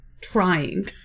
trying